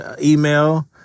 email